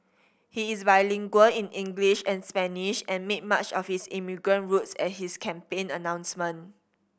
he is bilingual in English and Spanish and made much of his immigrant roots at his campaign announcement